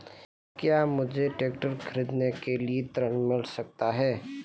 क्या मुझे ट्रैक्टर खरीदने के लिए ऋण मिल सकता है?